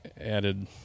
added